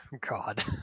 God